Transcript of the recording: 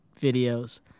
videos